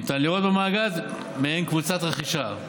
ניתן לראות במאגד מעין קבוצת רכישה.